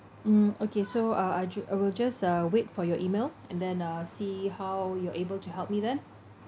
mm okay so uh I ju~ I will just uh wait for your email and then uh see how you're able to help me then